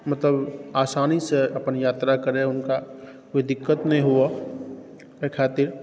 मतलब आसानीसँ अपन यात्रा करै हुनका कोइ दिक्कत नहि हुअए एहि खातिर